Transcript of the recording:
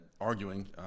arguing